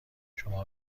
شما